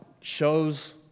shows